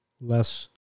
less